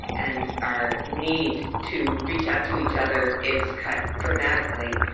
and our need to reach out to each other is cut dramatically